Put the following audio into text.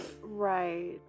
Right